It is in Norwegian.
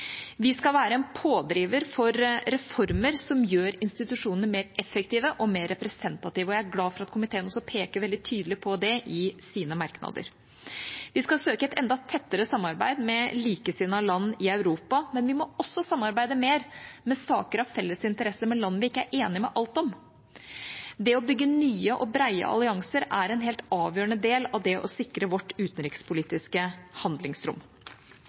Vi skal være en pådriver for reformer som gjør institusjonene mer effektive og mer representative, og jeg er glad for at komiteen også peker veldig tydelig på det i sine merknader. Vi skal søke et enda tettere samarbeid med likesinnede land i Europa, men vi må også samarbeide mer i saker av felles interesse med land vi ikke er enige om alt med. Det å bygge nye og brede allianser er en helt avgjørende del av det å sikre vårt utenrikspolitiske handlingsrom.